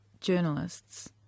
journalists